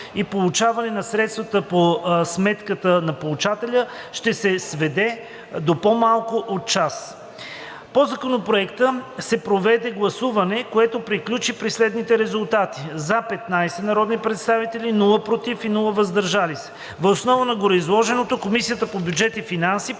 и получаване на средствата по сметка на получателя, ще се сведе до по-малко от час. По Законопроекта се проведе гласуване, което приключи при следните резултати: „за“ – 15 народни представители, без „против“ и „въздържал се“. Въз основа на гореизложеното Комисията по бюджет и финанси